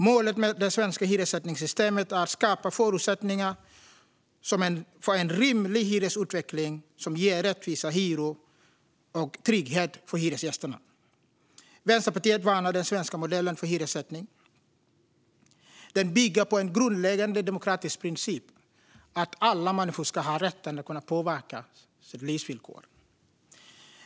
Målet med det svenska hyressättningssystemet är att skapa förutsättningar för en rimlig hyresutveckling som ger rättvisa hyror och trygghet för hyresgästerna. Vänsterpartiet värnar den svenska modellen för hyressättning. Den bygger på en grundläggande demokratisk princip: att alla människor ska ha rätten att kunna påverka sina livsvillkor.